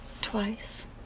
Twice